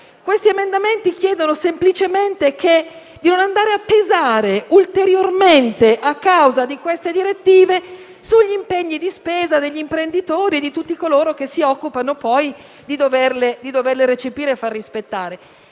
presentati chiedono semplicemente di non andare a pesare ulteriormente - a causa delle suddette direttive - sugli impegni di spesa degli imprenditori e di tutti coloro che si occupano di doverle recepire e far rispettare.